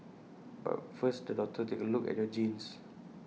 but first the doctor takes A look at your genes